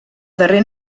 darrer